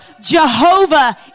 Jehovah